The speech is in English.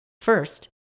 First